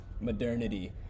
modernity